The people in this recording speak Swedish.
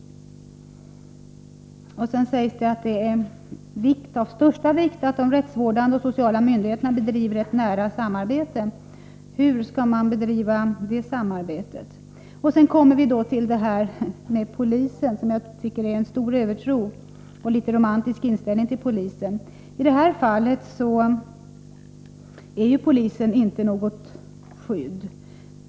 Sedan sägs det: ”Det är ———- av största vikt att de rättsvårdande och sociala myndigheterna bedriver ett nära samarbete—---.” Hur skall det samarbetet bedrivas? Därefter kommer justitieministern till detta med polisen, som jag tycker vittnar om en stor övertro på polisen och en litet romantisk inställning härvidlag. I det aktuella fallet är ju polisen inte något skydd.